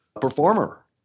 performer